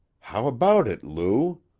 how about it, lou?